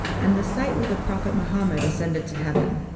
and the site where the prophet mohammed ascended to heaven.